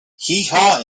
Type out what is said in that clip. heehaw